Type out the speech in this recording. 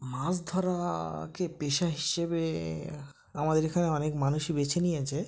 মাছ ধরাকে পেশা হিসেবে আমাদের এখানে অনেক মানুষই বেছে নিয়েছে